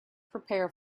prepare